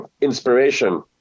inspiration